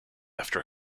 after